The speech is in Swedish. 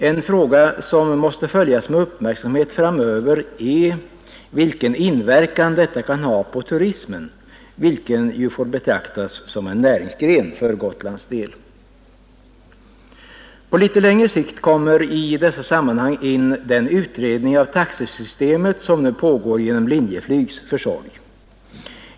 En fråga som måste följas med uppmärksamhet framöver är vilken inverkan detta kan ha på turismen, vilken ju får betraktas som en näringsgren för Gotlands del. På litet längre sikt kommer i dessa sammanhang in den utredning av taxesystemet som nu pågår genom Linjeflygs försorg.